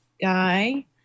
Guy